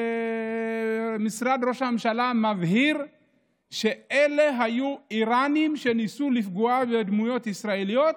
ומשרד ראש הממשלה מבהיר שאלה היו איראנים שניסו לפגוע בדמויות ישראליות,